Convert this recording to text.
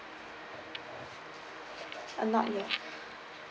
uh not yet